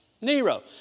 Nero